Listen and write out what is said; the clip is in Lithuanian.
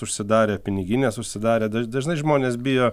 užsidarė piniginės užsidarė dažnai žmonės bijo